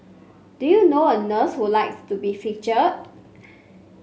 do you know a nurse who likes to be featured